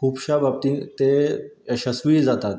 खुबश्या बाबतींत ते यशस्वीय जातात